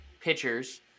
Pitchers